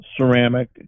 ceramic